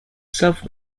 south